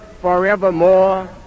forevermore